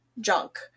junk